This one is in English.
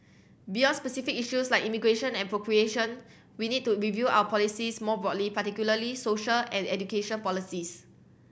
beyond specific issues like immigration and procreation we need to review our policies more broadly particularly social and education policies